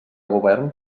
govern